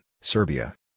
Serbia